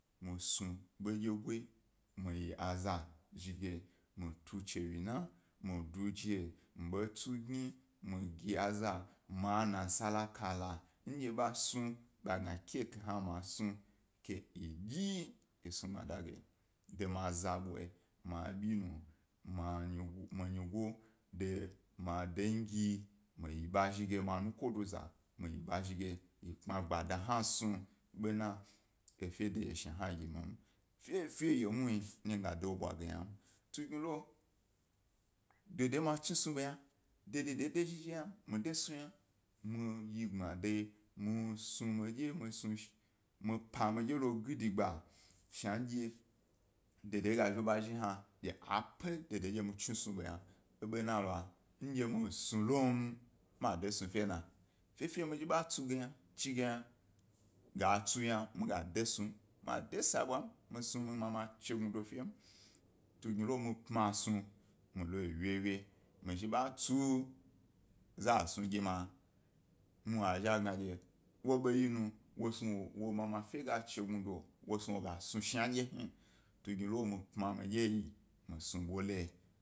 Mi snu ḃo ayego, mi yi aza zhiga mi tuchiwye na, mi duje, mḃa tsu gi egni, mi gi aza, ma nasara kala gi azan dye ḃa snu ḃa gna ke kekyna snu, ke yi dyi ke ye snu gbmada ge da ma za bwa yi, mi abi nu, mi nyigo de mi degi, mi ba zhi ge ma nukodo za yi kpe gbma da hna snu bena efe dayo shni he ge mi, fefe yo muhni endye mi ga de wo bwa ge ynam, tugni lo de de ma chi snu ḃa yna, de dede ndye zhi mide snu yna, mi yi gbmada yi, mi snu mi snu mi pam midye lo gidigba shnadye de wo zhi wo ba zhi hna dye a pe de de ndye mi chi snub a yna bena lo ndye mi snu lom, ma de snu fena fefe ndye mi ba tsu ge yna, chi ge yna aga tsu yna mi gazhimi de sa bwa mi snu mi mama. Chignado fem, tungni lo mi pmi snu mi lo ye wye wye mi zhi ḃa tsu za snu gemi, muhni wa ḃo lo yi nu wosnu wo snu wo mama ga chignudo wo gas nu shandye hni tugni lo mi pmi dye mi snu ḃohe.